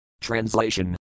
Translation